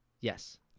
Yes